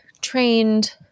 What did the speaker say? trained